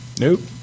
Nope